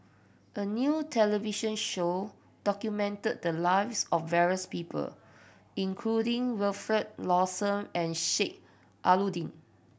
a new television show documented the lives of various people including Wilfed Lawson and Sheik Alau'ddin